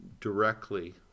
directly